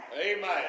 Amen